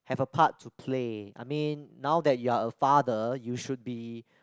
have a part to play I mean now that you are a father you should be